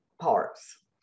parts